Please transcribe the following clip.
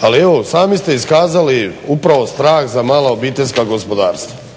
Ali evo sami ste iskazali upravo strah za mala obiteljska gospodarstva